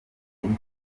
w’iyi